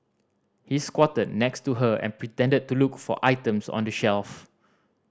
he squatted next to her and pretended to look for items on the shelf